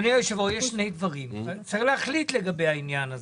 יש שני דברים וצריך להחליט לגבי העניין.